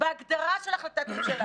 בהגדרה של החלטת ממשלה,